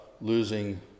losing